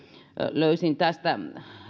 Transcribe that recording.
löysin tietoa